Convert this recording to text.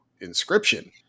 Inscription